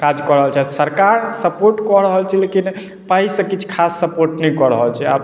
काज कऽ रहल छथि सरकार सपोर्ट कऽ रहल छै लेकिन पाइसँ किछु खास सपोर्ट नहि कऽ रहल छै आब